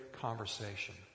conversation